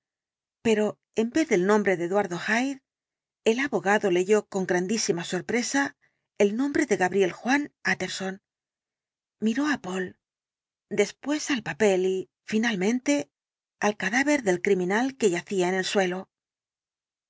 pero en vez del nombre de eduardo hyde el abogado leyó con grandísima sorpresa el nombre de gabriel juan utterson miró á poole después al papel y finalmente al cadáver del criminal que yacía en el suelo